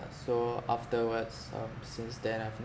so afterwards um since then I've not